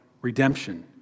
redemption